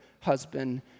husband